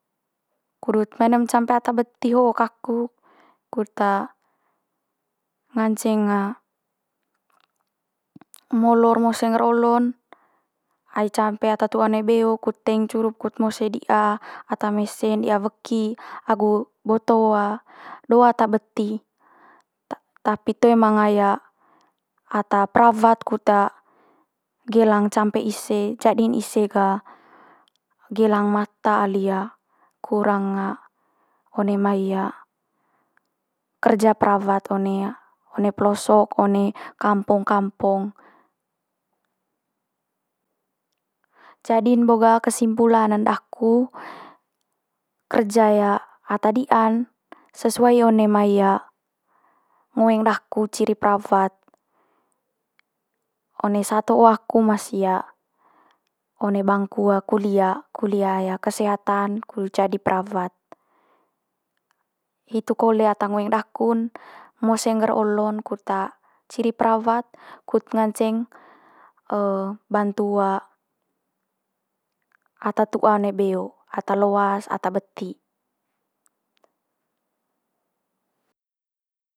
kudut menam campe ata beti ho kaku kut nganceng molor mose ngger olo'n ai teing ata tu'a one beo kut teing curup kut mose di'a, ata mese'n di'a weki agu boto do ata beti. Ta- tapi toe manga ata perawat kut gelang campe ise jadi'n ise ga gelang mata ali kurang one mai kerja perawat one one pelosok, one kampong kampong. Jadi'n bo ga kesimpulan ne daku kerja di'an sesuai one mai ngoeng daku ciri perawat. One saat ho aku masih one bangku kulia, kulia kesehatan kudut jadi perawat. Hitu kole ata ngoeng daku'n mose ngger olo'n kut ciri perawat, kut nganceng bantu ata tua'a one beo, ata loas, ata beti.